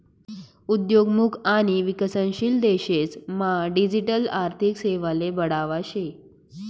उद्योन्मुख आणि विकसनशील देशेस मा डिजिटल आर्थिक सेवाले बढावा शे